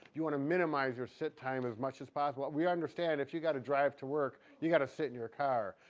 you want to minimize your sit time as much as possible. we understand if you got to drive to work you got to sit in your car.